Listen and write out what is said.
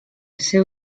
seu